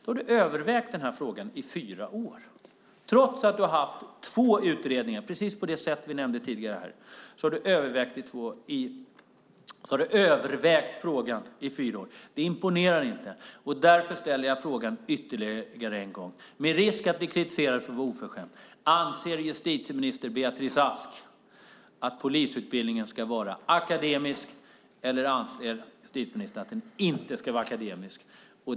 Då har du övervägt den här frågan i fyra år, trots att du har haft två utredningar. Du har övervägt frågan i fyra år. Det imponerar inte. Därför ställer jag frågan ytterligare en gång, med risk att bli kritiserad för att vara oförskämd. Anser justitieminister Beatrice Ask att polisutbildningen ska vara akademisk eller anser justitieministern att den inte ska vara akademisk?